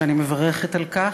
ואני מברכת על כך,